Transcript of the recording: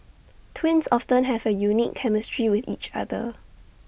twins often have A unique chemistry with each other